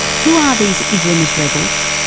who are these islamist rebels,